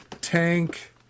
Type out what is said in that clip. tank